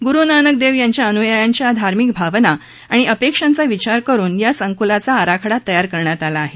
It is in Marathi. गुरू नानक देव यांच्या अनुयायांच्या धार्मिक भावना आणि अपेक्षांचा विचार करून या संकुलाचा आराखडा तयार करण्यात आला आहे